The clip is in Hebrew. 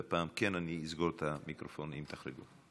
והפעם כן אסגור את המיקרופון אם תחרגו.